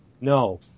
No